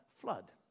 flood